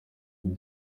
uko